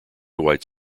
white